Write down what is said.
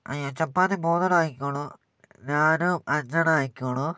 അയ്യോ ചപ്പാത്തി മൂന്നെണ്ണം ആക്കിക്കോളൂ നാനും അഞ്ചെണ്ണം ആക്കിക്കോളൂ